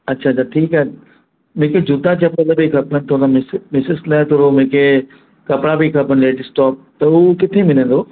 अच्छा त ठीकु आहे मूंखे जूता चपल बि खपनि थोरा मिसिस लाइ थोरो मूंखे कपिड़ा बि खपनि लेडीस टॉप त उहा किते मिलंदो